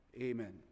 Amen